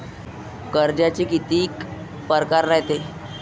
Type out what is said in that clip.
कर्जाचे कितीक परकार रायते?